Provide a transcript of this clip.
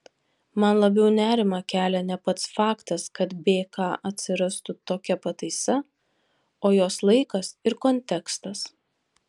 man labiau nerimą kelia ne pats faktas kad bk atsirastų tokia pataisa o jos laikas ir kontekstas